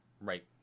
right